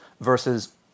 versus